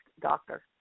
doctor